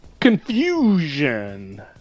Confusion